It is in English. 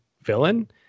villain